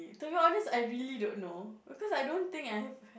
to be honest I really don't know because I don't think I have